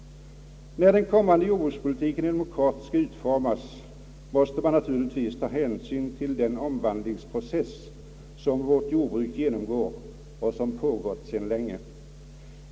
När den kommande jordbrukspolitiken inom kort skall utformas måste man naturligtvis ta hänsyn till den omvandlingsprocess som vårt jordbruk genomgår och som pågått sedan länge.